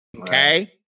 Okay